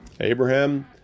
Abraham